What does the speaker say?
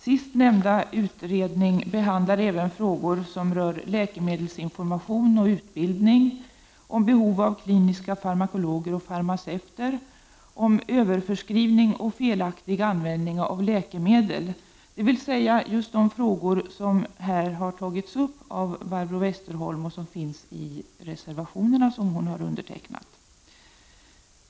Sistnämnda utredning behandlar även frågor som rör läkemedelsinformation och utbildning, behovet av kliniska farmakologer och farmaceuter samt överförskrivning och felaktig användning av läkemedel, d.v.s. just de frågor som här har tagits upp av Barbro Westerholm och som finns i reservationerna som hon har undertecknat.